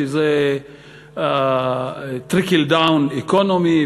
שזה "trickle-down economy",